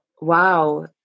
wow